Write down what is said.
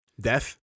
Death